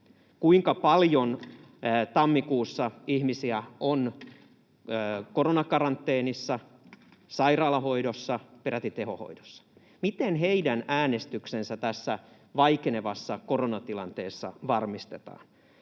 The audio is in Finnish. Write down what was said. kuinka paljon tammikuussa ihmisiä on koronakaranteenissa, sairaalahoidossa ja peräti tehohoidossa, miten heidän äänestyksensä tässä vaikeutuvassa koronatilanteessa varmistetaan